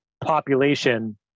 population